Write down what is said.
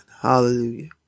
Hallelujah